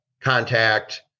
contact